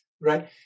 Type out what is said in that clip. right